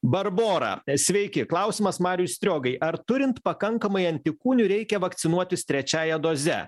barbora sveiki klausimas mariui striogai ar turint pakankamai antikūnių reikia vakcinuotis trečiąja doze